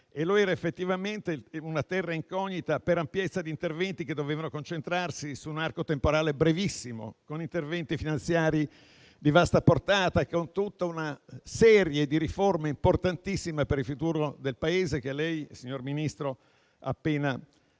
era effettivamente una terra incognita per l'ampiezza degli interventi che dovevano concentrarsi in un arco temporale brevissimo, interventi anche finanziari e di vasta portata, con tutta una serie di riforme importantissime per il futuro del Paese, che lei, signor Ministro, ha appena descritto